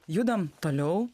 judam toliau